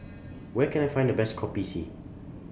Where Can I Find The Best Kopi C